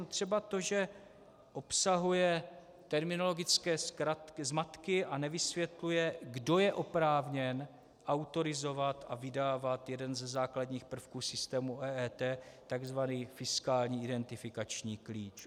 Třeba to, že obsahuje terminologické zmatky a nevysvětluje, kdo je oprávněn autorizovat a vydávat jeden ze základních prvků systému EET, takzvaný fiskální identifikační klíč.